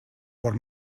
por